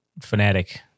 fanatic